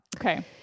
Okay